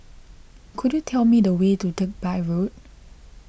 could you tell me the way to Digby Road